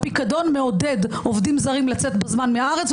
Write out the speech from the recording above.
הפיקדון מעודד עובדים זרים לצאת בזמן מהארץ,